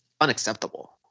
unacceptable